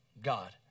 God